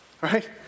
right